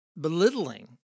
belittling